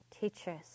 teachers